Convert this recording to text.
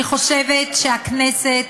אני חושבת שהכנסת